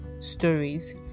stories